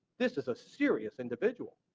this is a serious individual,